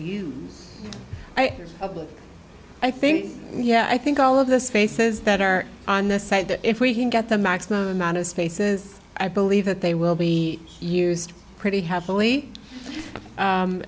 them i think yeah i think all of the spaces that are on the site that if we can get the maximum amount of spaces i believe that they will be used pretty happily